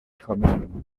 commune